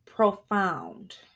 profound